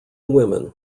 women